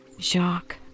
Jacques